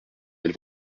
ils